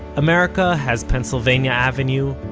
america has pennsylvania avenue,